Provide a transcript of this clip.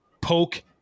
poke